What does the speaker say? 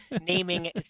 naming